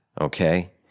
okay